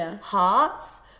hearts